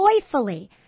joyfully